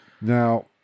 now